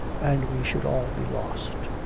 and we should all be lost.